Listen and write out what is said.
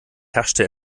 herrschte